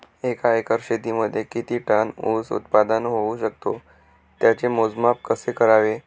एका एकर शेतीमध्ये किती टन ऊस उत्पादन होऊ शकतो? त्याचे मोजमाप कसे करावे?